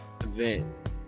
event